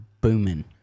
booming